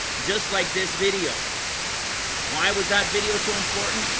just like this video why was that video so important?